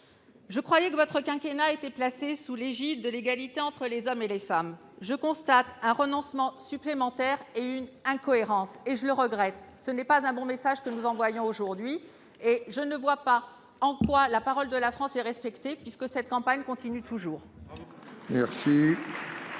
Je croyais que votre quinquennat était placé sous le signe de l'égalité entre les hommes et les femmes. Pourtant, je constate un renoncement supplémentaire et une incohérence. Je regrette que nous n'envoyions pas un bon message aujourd'hui. Je ne vois pas en quoi la parole de la France est respectée, puisque cette campagne continue toujours. La